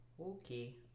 Okay